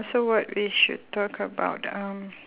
so what we should talk about um